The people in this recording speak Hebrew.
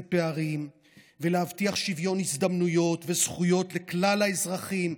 פערים ולהבטיח שוויון הזדמנויות וזכויות לכלל האזרחים,